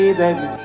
baby